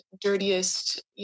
dirtiest